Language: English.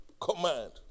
command